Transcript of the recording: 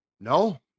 No